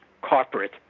corporate